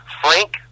Frank